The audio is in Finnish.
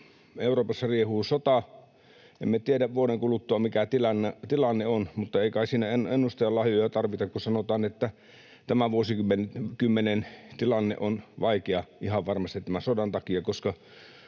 Euroopassa riehuu sota. Emme tiedä, mikä tilanne on vuoden kuluttua, mutta ei kai siinä ennustajan lahjoja tarvita, kun sanotaan, että tämän vuosikymmenen tilanne on vaikea ihan varmasti tämän sodan takia,